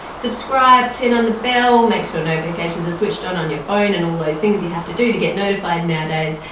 subscribe, turn on the bell, make sure notifications are switched on on your phone and all those things you have to do to get notified nowadays.